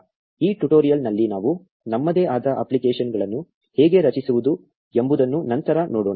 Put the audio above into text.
ಈ ಟ್ಯುಟೋರಿಯಲ್ ನಲ್ಲಿ ನಾವು ನಮ್ಮದೇ ಆದ ಅಪ್ಲಿಕೇಶನ್ಗಳನ್ನು ಹೇಗೆ ರಚಿಸುವುದು ಎಂಬುದನ್ನು ನಂತರ ನೋಡೋಣ